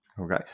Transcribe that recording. Okay